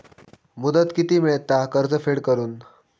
मुदत किती मेळता कर्ज फेड करून?